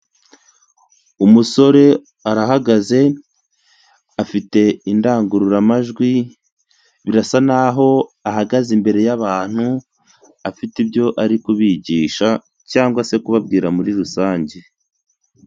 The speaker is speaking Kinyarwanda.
Umusore arahagaze afite indangururamajwi birasa naho ahagaze imbere y'abantu ,afite ibyo ari kubigisha cyangwa se kubabwira muri rusange.